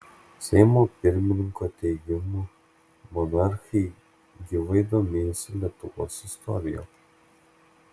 seimo pirmininko teigimu monarchai gyvai domėjosi lietuvos istorija